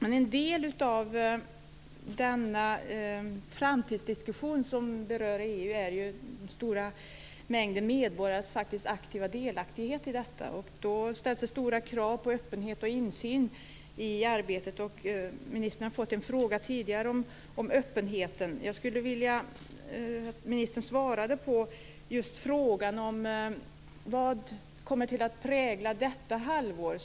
Men en del av den framtidsdiskussion som berör EU gäller ju den stora mängden medborgares aktiva delaktighet i detta. Då ställs det stora krav på öppenhet och insyn i arbetet. Ministern har tidigare fått en fråga om öppenheten. Jag skulle vilja att ministern svarade på frågan om vad som kommer att prägla detta halvår.